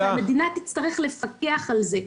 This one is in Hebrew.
כאשר המדינה רק מפקחת על זה.